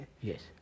Yes